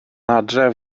adref